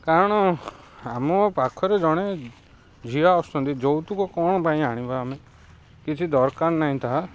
କାରଣ ଆମ ପାଖରେ ଜଣେ ଝିଅ ଆସୁଛନ୍ତି ଯୌତୁକ କ'ଣ ପାଇଁ ଆଣିବା ଆମେ କିଛି ଦରକାର ନାହିଁ ତାହା